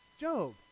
Job